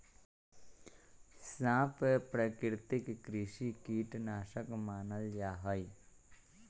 सांप प्राकृतिक कृषि कीट नाशक मानल जा हई